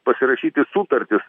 pasirašyti sutartis